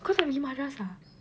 kau tak pergi madrasah